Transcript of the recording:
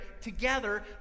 together